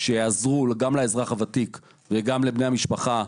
שיעזרו גם לאזרח הוותיק וגם לבני המשפחה,